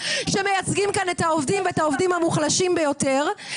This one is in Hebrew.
שמייצגים כאן את העובדים ואת העובדים המוחלשים ביותר,